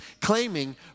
claiming